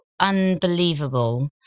unbelievable